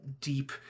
deep